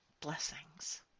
blessings